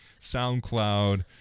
soundcloud